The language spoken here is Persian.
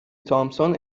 تامسون